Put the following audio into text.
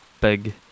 big